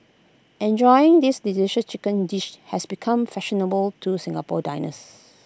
enjoying this delicious chicken dish has become fashionable to Singapore diners